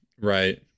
Right